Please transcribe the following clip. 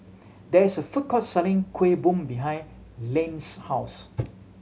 there is a food court selling Kueh Bom behind Len's house